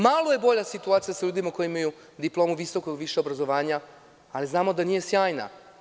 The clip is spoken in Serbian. Malo je bolja situacija sa ljudima koji imaju diploma visokog ili višeg obrazovanja, ali znamo da nije sjajna.